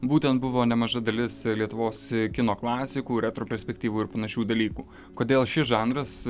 būtent buvo nemaža dalis lietuvos kino klasikų retrospektyvų ir panašių dalykų kodėl šis žanras